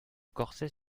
corset